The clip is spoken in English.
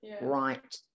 right